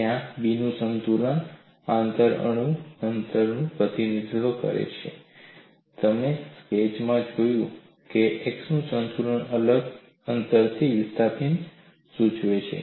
જ્યાં b સંતુલન આંતર અણુ અંતરનું પ્રતિનિધિત્વ કરે છે તે તમે સ્કેચમાં જોયું હતું અને x સંતુલન અલગ અંતરથી વિસ્થાપન સૂચવે છે